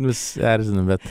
vis erzinu bet